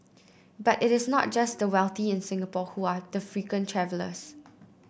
but it is not just the wealthy in Singapore who are the frequent travellers